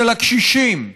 של הקשישים.